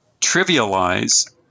trivialize